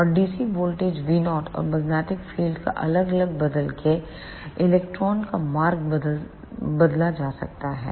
और DC voltage V0 और magnetic field को अलग अलग बदलके इलेक्ट्रॉन का मार्ग बदला जा सकता है